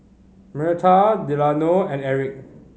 Myrta Delano and Erik